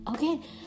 okay